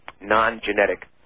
non-genetic